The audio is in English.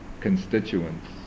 constituents